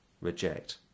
reject